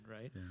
right